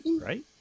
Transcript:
right